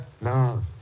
No